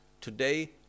today